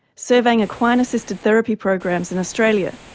surveying equine assisted therapy programs in australia.